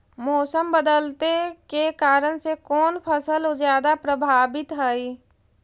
मोसम बदलते के कारन से कोन फसल ज्यादा प्रभाबीत हय?